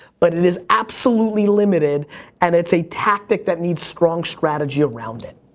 but it is absolutely limited and it's a tactic that needs strong strategy around it.